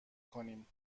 کنیم